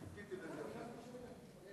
חיכיתי לזה הרבה זמן.